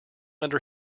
under